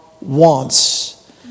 wants